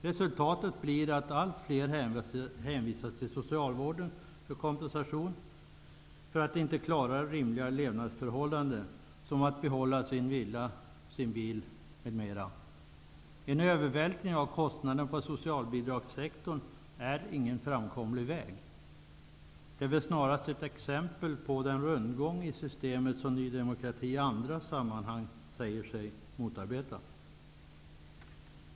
Resultatet blir att allt fler hänvisas till socialvården för kompensation när de inte klarar att upprätthålla rimliga levnadsförhållanden som att behålla sin villa och bil m.m. En övervältring av kostnaderna på socialbidragssektorn är ingen framkomlig väg. Det är väl snarast ett exempel på den rundgång i systemen som Ny demokrati i andra sammanhang säger sig motarbeta.